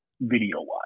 video-wise